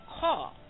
call